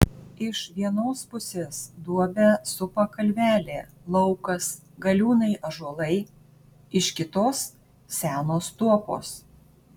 iš vienos pusės duobę supa kalvelė laukas galiūnai ąžuolai iš kitos senos tuopos